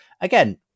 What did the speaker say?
Again